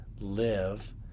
live